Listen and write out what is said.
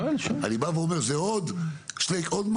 אני אומר שזה עוד מנגנון,